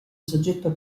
soggetto